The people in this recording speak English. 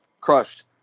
Crushed